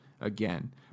again